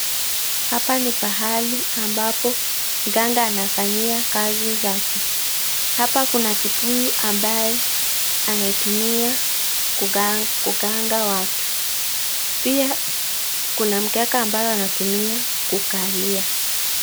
Hapa ni pahali ambapo mganga anafanyia kazi zake. Hapa kuna kibuyu ambaye anaitumia kuganga watu. Pia kuna mkeka ambao anatumia kukalia.